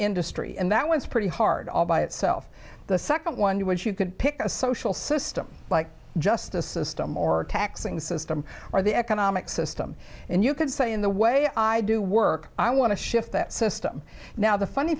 industry and that was pretty hard all by itself the second one to which you could pick a social system like justice system or a taxing system or the economic system and you could say in the way i do work i want to shift that system now the funny